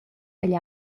egl